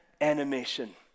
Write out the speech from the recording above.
animation